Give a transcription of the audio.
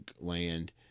land